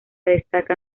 destacan